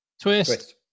Twist